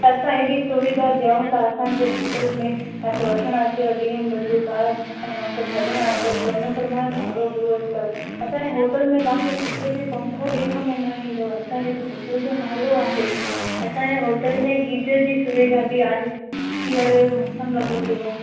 त असां हेॾी सुविधा डियूं था असांजे होटल में तव्हांखे वठणु अचेव बीएमडब्लु कार वरी तव्हांखे छॾिणु अचे त उन प्रमाणे भाड़ो पूरो थो असांजे होटल में तव्हांखे किते बि पंखो ॾेख में न ईंदव असांजे होटल जो हेॾो नालो आहे असांजे होटल में गीजर जी सुविधा बि आहे सिआरे जो मौसमु लॻो पियो आहे